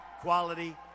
quality